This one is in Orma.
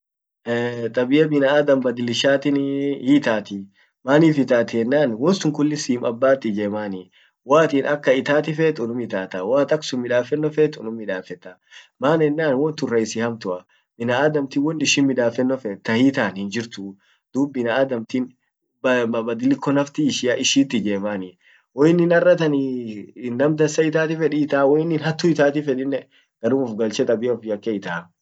tabia binadam badilishatin hiitatii ennan wonsun kulli abbat ijemmani waatin akan itati fet unnum itataa, waat aksun midafeno fet unnum midafetta, maan ennan wontun rahisi hamtua binaadamtin won ishin midafenno fet tahiitan hinjirtu, dub binaadamtin mabadiliko nafti ishia ishit ijemmani, wionnin aratan nam dansa ittati fed hiitaa, woinin hattu hiitati fedine garum ufgalche tabia ufyake hiita.